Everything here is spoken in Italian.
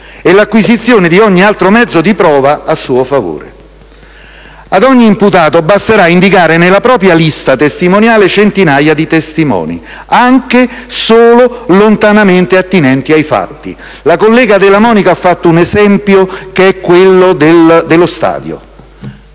e l'acquisizione di ogni altro mezzo di prova a suo favore. Ad ogni imputato basterà indicare nella propria lista testimoniale centinaia di testimoni, anche solo lontanamente attinente ai fatti. La collega Della Monica ha fatto l'esempio dello stadio.